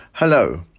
Hello